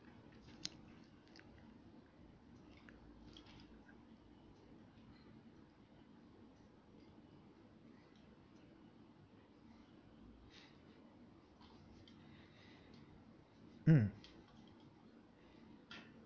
mm